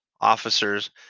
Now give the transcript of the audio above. officers